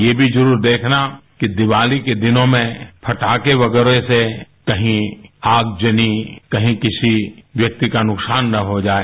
ये भी जरूर देखना कि दिवाली के दिनों में पटाखे वगैरह से कहीं आगजनी कहीं किसी व्यक्ति का नुकसान न हो जाए